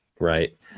right